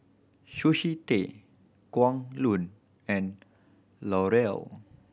Sushi Tei Kwan Loong and L'Oreal